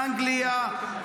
אנגליה,